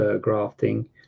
grafting